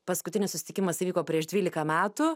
paskutinis susitikimas įvyko prieš dvylika metų